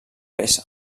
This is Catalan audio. peça